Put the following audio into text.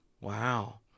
Wow